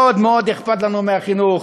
מאוד מאוד אכפת לנו מהחינוך,